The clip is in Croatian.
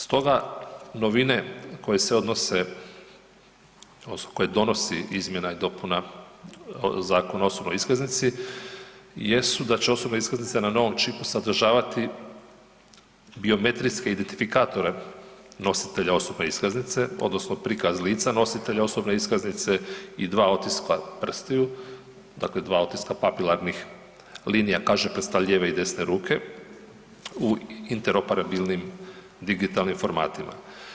Stoga novine koje se odnose koje donosi izmjena i dopuna Zakona o osobnoj iskaznici jesu da će osobne iskaznice na novom čipu sadržavati biometrijske identifikatore nositelja osobne iskaznice odnosno prikaz lica nositelja osobne iskaznice i dva otiska prstiju, dakle dva otiska papilarnih linija kažiprsta lijeve i desne ruke u interoperabilnim digitalnim formatima.